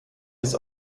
bis